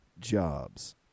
Jobs